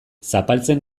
zapaltzen